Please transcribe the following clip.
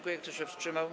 Kto się wstrzymał?